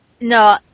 No